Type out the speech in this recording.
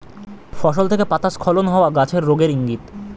ফসল থেকে পাতা স্খলন হওয়া গাছের রোগের ইংগিত